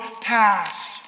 past